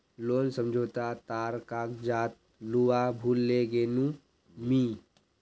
loan समझोता तार कागजात लूवा भूल ले गेनु मि